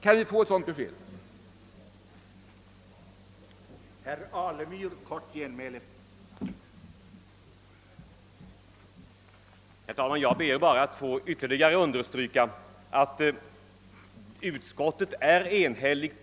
Kan vi få ett sådant besked från regeringens sida?